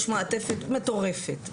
יש מעטפת מטורפת,